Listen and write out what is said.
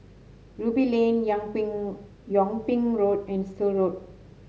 Ruby Lane Yang Ping Yung Ping Road and Still Road